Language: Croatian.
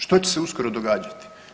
Što će se uskoro događati?